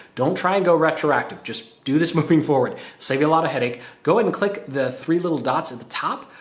don't try and go retroactive, just do this moving forward. save you a lot of headache. go ahead and click the three little dots at the top,